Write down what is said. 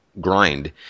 grind